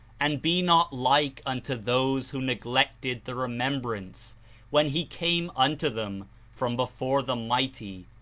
and be not like unto those who neglected the remembrancer when he came unto them from before the mighty,